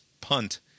Punt